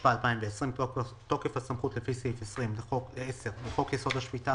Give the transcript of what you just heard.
התשפ"א 2020 בתוקף הסמכות לפי סעיף 10 לחוק-יסוד: השפיטה,